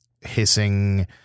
hissing